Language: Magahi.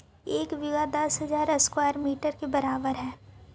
एक बीघा दस हजार स्क्वायर मीटर के बराबर हई